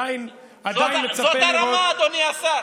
זאת הרמה, אדוני השר.